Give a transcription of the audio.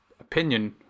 opinion